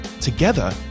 Together